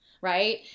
Right